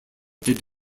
did